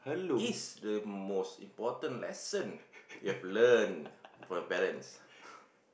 is the most important lesson you have learnt from your parents